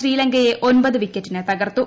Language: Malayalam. ശ്രീലങ്കയെ ഒമ്പത് വിക്കറ്റിന് തകർത്തു